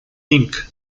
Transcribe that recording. inc